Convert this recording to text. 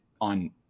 on